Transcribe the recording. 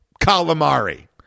calamari